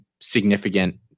significant